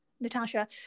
Natasha